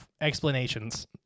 Explanations